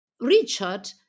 Richard